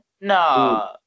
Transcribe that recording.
No